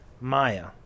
Maya